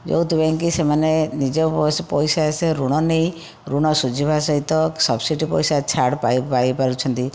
ଯେଉଁଥିପାଇଁ କି ସେମାନେ ନିଜ ପଇସା ସେ ଋଣ ନେଇ ଋଣ ଶୁଝିବା ସହିତ ସବସିଡ଼ିଜ୍ ପଇସା ଛାଡ଼ ପାଇ ପାରୁଛନ୍ତି